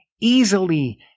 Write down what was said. easily